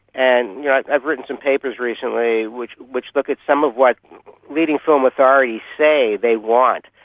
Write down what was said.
and yeah i've written some papers recently which which look at some of what leading film authorities say they want.